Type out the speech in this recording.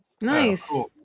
Nice